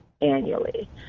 annually